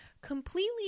completely